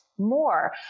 More